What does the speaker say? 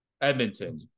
Edmonton